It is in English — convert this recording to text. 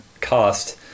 cost